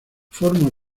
forma